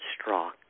straw